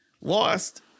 lost